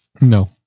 No